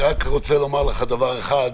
אני רק רוצה לומר לך דבר אחד,